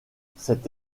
cette